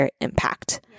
impact